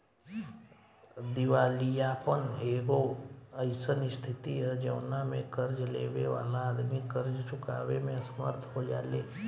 दिवालियापन एगो अईसन स्थिति ह जवना में कर्ज लेबे वाला आदमी कर्ज चुकावे में असमर्थ हो जाले